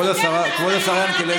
אתה סותר את עצמך.